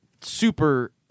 super